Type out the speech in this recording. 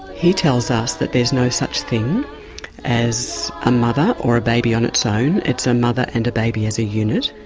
he tells us there's no such thing as a mother or a baby on its own, it's a mother and a baby as a unit,